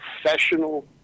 professional